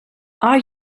are